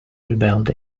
rebelled